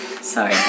sorry